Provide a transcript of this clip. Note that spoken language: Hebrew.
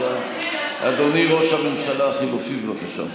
אדוני ראש הממשלה החליפי, בבקשה.